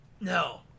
No